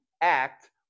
act